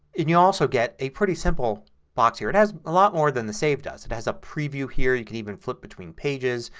and you also get a pretty simple box here. it has a lot more than the save does. it has a preview here. you can even flip between pages.